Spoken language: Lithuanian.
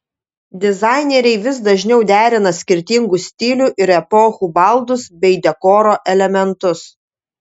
dizaineriai vis dažniau derina skirtingų stilių ir epochų baldus bei dekoro elementus